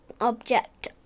object